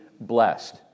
blessed